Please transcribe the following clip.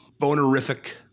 bonerific